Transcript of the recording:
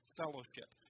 fellowship